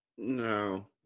No